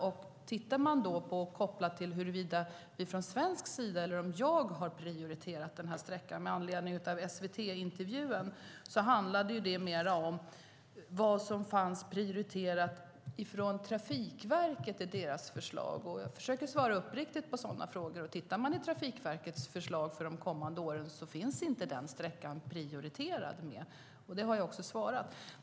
Om vi kopplar det till huruvida vi, eller jag, från svensk sida prioriterat den sträckan kan jag säga att SVT-intervjun mer handlade om vad som var prioriterat i Trafikverkets förslag. Jag försöker svara uppriktigt på sådana frågor. I Trafikverkets förslag för de kommande åren är den sträckan inte prioriterad, vilket jag också sagt.